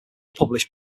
published